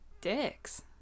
dicks